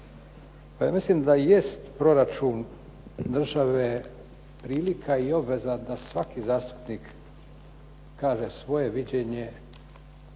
mislim da jest proračun države prilika i obveza da svaki zastupnik kaže svoje viđenje